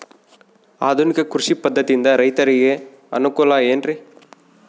ಆಧುನಿಕ ಕೃಷಿ ಪದ್ಧತಿಯಿಂದ ರೈತರಿಗೆ ಅನುಕೂಲ ಏನ್ರಿ?